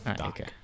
okay